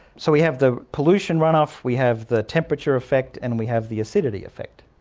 so we have the pollution runoff, we have the temperature effect and we have the acidity effect.